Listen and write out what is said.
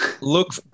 look